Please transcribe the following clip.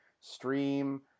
stream